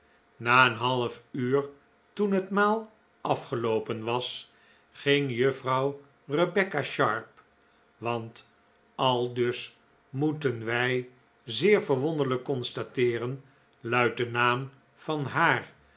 na een half uur toen het maal afgeloopen was ging juffrouw rebecca sharp want aldus moeten wij zeer verwonderlijk constateeren luidt de naam van haar